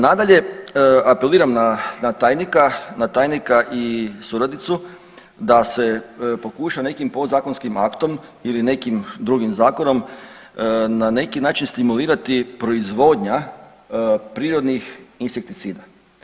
Nadalje apeliram na tajnika i suradnicu da se pokuša nekim podzakonskim aktom ili nekim drugim zakonom na neki način stimulirati proizvodnja prirodnih insekticida.